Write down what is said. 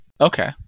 Okay